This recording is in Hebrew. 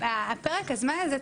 פרק הזמן הזה,